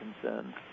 concerns